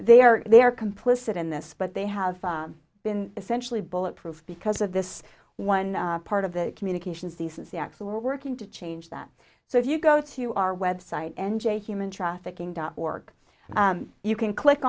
they are they are complicit in this but they have been essentially bullet proof because of this one part of the communications decency act so we're working to change that so if you go to our website n j human trafficking dot org you can click